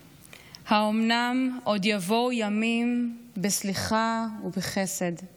"האומנם עוד יבואו ימים בסליחה ובחסד /